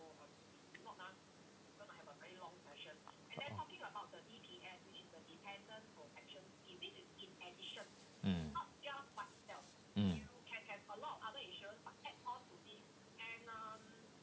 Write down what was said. mm mm